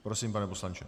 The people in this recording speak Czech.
Prosím, pane poslanče.